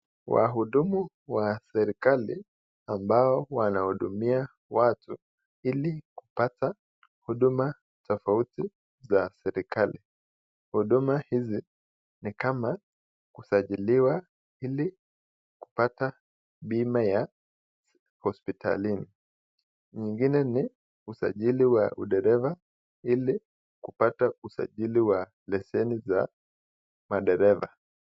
Wahudumu wa serikali ambao wanahudumia watu ili kupata huduma tofauti za serikali. Huduma hizi ni kama kusajiliwa, kupata bima ya hospitalini. ingine ni usajili wa dereva ili kupata usajili wa leseni za madereva.